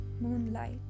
moonlight